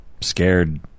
scared